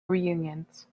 reunions